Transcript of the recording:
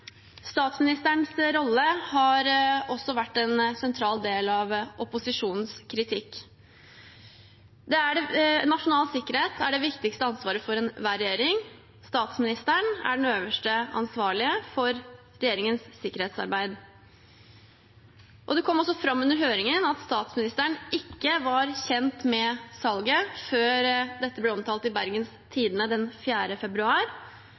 Statsministerens rolle har også vært en sentral del av opposisjonens kritikk. Nasjonal sikkerhet er det viktigste ansvaret for enhver regjering, og statsministeren er den øverste ansvarlige for regjeringens sikkerhetsarbeid. Det kom også fram under høringen at statsministeren ikke var kjent med salget før dette ble omtalt i Bergens Tidende den 4. februar,